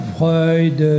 Freud